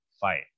fight